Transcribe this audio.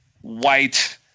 white